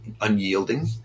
unyielding